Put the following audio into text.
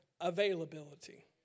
availability